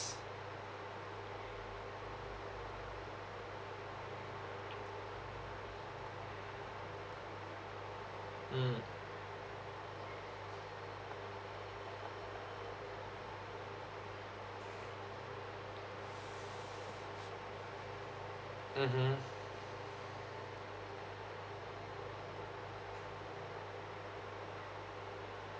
mm mmhmm